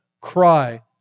cry